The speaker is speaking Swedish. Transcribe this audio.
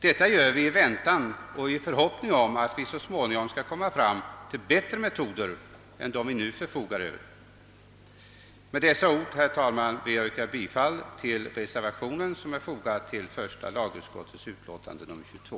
Detta gör vi i väntan på och i förhoppning om att vi så småningom skall finna bättre metoder än dem vi nu förfogar över. Med dessa ord, herr talman, ber jag att få yrka bifall till den reservation som är fogad till första lagutskottets utlåtande nr 22.